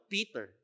Peter